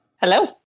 Hello